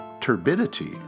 turbidity